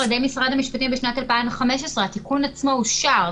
על ידי משרד המשפטים בשנת 2015. התיקון עצמו אושר.